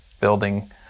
building